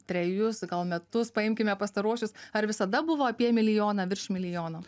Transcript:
trejus gal metus paimkime pastaruosius ar visada buvo apie milijoną virš milijono